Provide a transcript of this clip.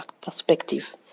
perspective